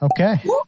Okay